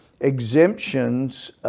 exemptions